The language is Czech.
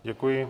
Děkuji.